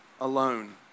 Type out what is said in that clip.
alone